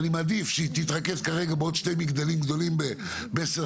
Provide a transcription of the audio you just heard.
אני מעדיף שהיא תתרכז כרגע בעוד שתי מגדלים גדולים ב-17